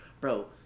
Bro